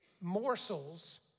morsels